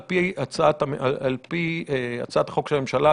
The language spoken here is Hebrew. על פי הצעת החוק של הממשלה,